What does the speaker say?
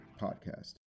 podcast